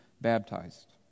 baptized